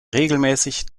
regelmäßig